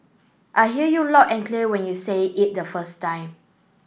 I hear you loud and clear when you say it the first time